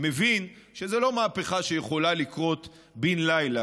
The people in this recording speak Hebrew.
מבין שזה לא מהפכה שיכולה לקרות בן לילה,